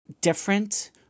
different